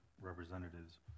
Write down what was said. representatives